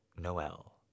Noel